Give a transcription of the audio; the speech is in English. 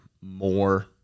more